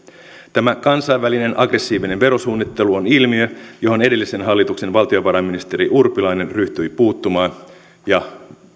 tämä kansainvälinen aggressiivinen verosuunnittelu on ilmiö johon edellisen hallituksen valtiovarainministeri urpilainen ryhtyi puuttumaan ja